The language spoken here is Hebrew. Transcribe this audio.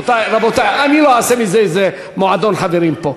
רבותי, לא אעשה מזה מועדון חברים פה.